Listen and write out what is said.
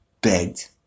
begged